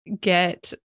get